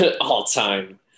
all-time